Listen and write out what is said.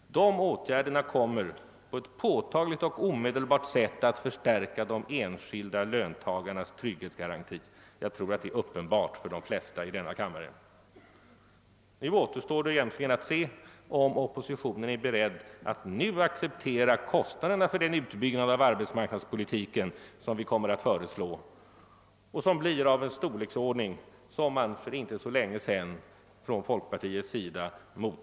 Dessa åtgärder kommer att på ett påtagligt och omedelbart sätt förstärka de enskilda löntagarnas trygghetsgaranti. Jag tror det är uppenbart för de flesta i denna kammare; nu återstår egentligen bara att se, om oppositionen är beredd att acceptera kostnaderna för den utbyggnad av arbetsmarknadspolitiken som vi kommer att föreslå och som blir av en storleksordning som man för inte så länge sedan motsatte sig från folkpartiets sida.